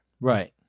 Right